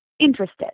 Interested